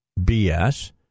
BS